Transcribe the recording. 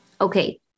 Okay